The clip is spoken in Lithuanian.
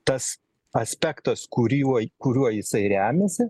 tas aspektas kuriuo kuriuo jisai remiasi